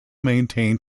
maintain